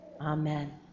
Amen